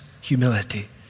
humility